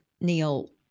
Neil